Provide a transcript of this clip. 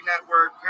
network